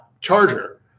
charger